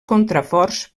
contraforts